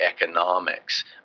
economics